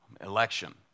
election